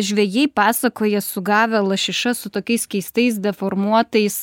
žvejai pasakoja sugavę lašišas su tokiais keistais deformuotais